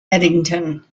eddington